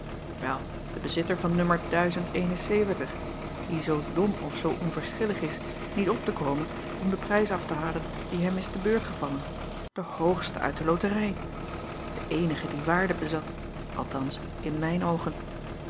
wel de bezitter van n die zoo dom of zoo onverschillig is niet op te komen om den prijs af te halen die hem is te beurt gevallen den hoogsten uit de loterij den eenigen die waarde bezat althans in mijne oogen